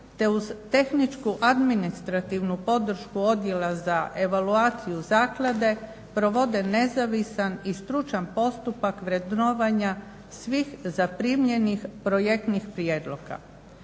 te uz tehničku, administrativnu podršku Odjela za evaluaciju zaklade provode nezavisan i stručan postupak vrednovanja svih zaprimljenih projektnih prijedloga.